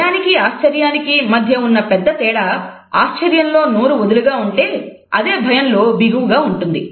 భయానికి ఆశ్చర్యానికి మధ్య ఉన్న పెద్ద తేడా ఆశ్చర్యంలో నోరు వదులుగా ఉంటే అదే భయంలో బిగువుగా ఉంటుంది